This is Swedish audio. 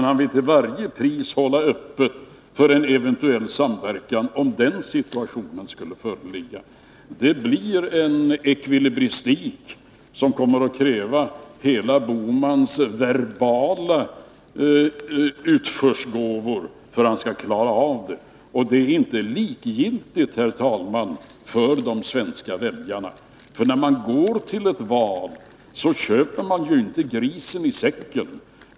Han vill till varje pris hålla öppet för en eventuell samverkan om den situationen skulle föreligga. Det blir en ekvilibristik som kommer att kräva Gösta Bohmans alla verbala utförsgåvor för att han skall klara av det. Frågan är inte likgiltig för de svenska väljarna, herr talman, för när man går till ett val köper man inte grisen i säcken.